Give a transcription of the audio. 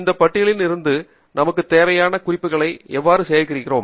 இந்த பட்டியலில் இருந்து நமக்கு தேவையான குறிப்புகளை எவ்வாறு சேகரிக்கிறோம்